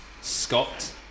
Scott